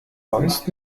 sonst